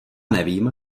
nevím